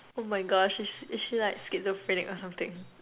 oh my gosh she is is she like schizophrenic or something